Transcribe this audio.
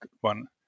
one